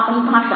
આપણી ભાષા